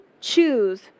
choose